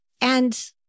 And-